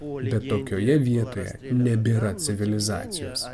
bet tokioje vietoje nebėra civilizacijos